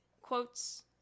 quotes